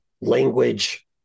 language